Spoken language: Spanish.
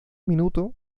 minuto